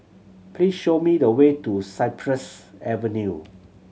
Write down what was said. please show me the way to Cypress Avenue